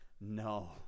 No